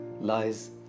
lies